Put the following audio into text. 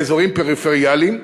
באזוריים פריפריאליים,